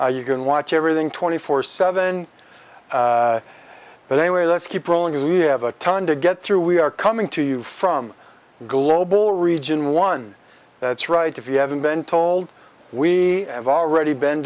you can watch everything twenty four seven but anyway let's keep rolling as we have a ton to get through we are coming to you from global region one that's right if you haven't been told we have already been